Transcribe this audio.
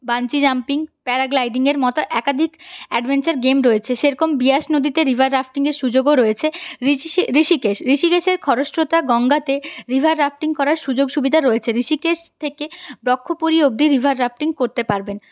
bungee jumping প্যারাগ্লাইডিংয়ের মতো একাধিক অ্যাডভেঞ্চার গেম রয়েছে সে রকম বিয়াস নদীতে রিভার রাফটিংয়ের সুযোগও রয়েছে ঋষিকেশ ঋষিকেশের খরস্রোতা গঙ্গাতে রিভার রাফটিং করার সুযোগ সুবিধা রয়েছে ঋষিকেশ থেকে ব্রহ্মপুরী অবধি রিভার রাফটিং করতে পারবেন